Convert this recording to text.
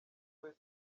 west